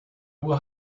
will